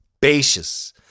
basis